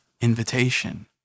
invitation